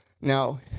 Now